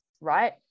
right